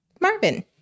Marvin